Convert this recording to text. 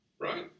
right